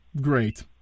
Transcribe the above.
great